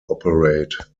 operate